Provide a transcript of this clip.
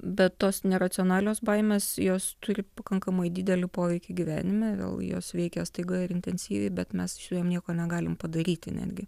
bet tos neracionalios baimės jos turi pakankamai didelį poveikį gyvenime vėl jos veikia staiga ir intensyviai bet mes su jom nieko negalim padaryti netgi